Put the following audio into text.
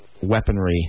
weaponry